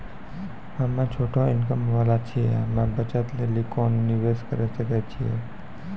हम्मय छोटा इनकम वाला छियै, हम्मय बचत लेली कोंन निवेश करें सकय छियै?